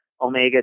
omega